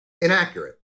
inaccurate